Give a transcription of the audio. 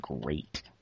great